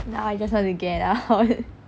now I just want to get out